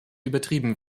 übertrieben